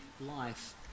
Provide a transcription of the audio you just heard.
life